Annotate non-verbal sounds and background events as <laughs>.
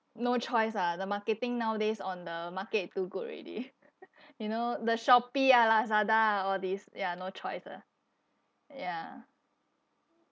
no choice lah the marketing nowadays on the market too good already <laughs> you know the Shopee ah Lazada ah all these ya no choice lah ya